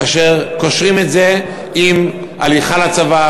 כאשר קושרים את זה עם הליכה לצבא,